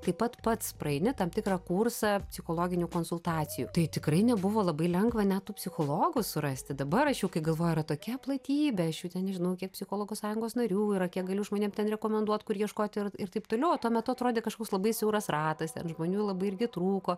taip pat pats praeini tam tikrą kursą psichologinių konsultacijų tai tikrai nebuvo labai lengva net tų psichologų surasti dabar aš jau kai galvoju yra tokia platybė aš jų ten nežinau kiek psichologų sąjungos narių yra kiek galiu žmonėm ten rekomenduot kur ieškot ir ir taip toliau o tuo metu atrodė kažkoks labai siauras ratas ten žmonių labai irgi trūko